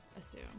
assume